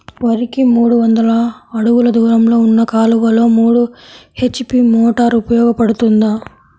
వరికి మూడు వందల అడుగులు దూరంలో ఉన్న కాలువలో మూడు హెచ్.పీ మోటార్ ఉపయోగపడుతుందా?